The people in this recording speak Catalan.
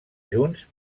junts